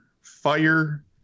Fire